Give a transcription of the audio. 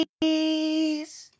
Please